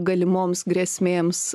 galimoms grėsmėms